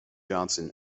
johnson